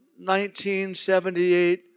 1978